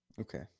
Okay